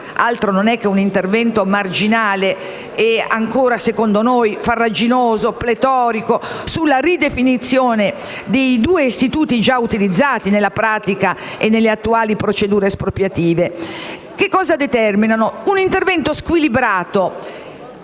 altro che un intervento marginale e secondo noi ancora farraginoso e pletorico sulla ridefinizione dei due istituti già utilizzati nella pratica e nelle attuali procedure espropriative. Essa determina un intervento squilibrato,